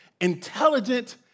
intelligent